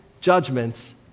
judgments